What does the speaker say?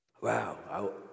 Wow